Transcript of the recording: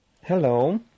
Hello